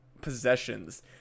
possessions